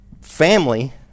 Family